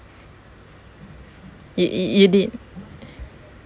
y~ y~ you did